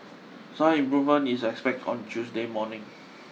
some improvement is expected on Tuesday morning